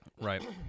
Right